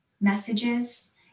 messages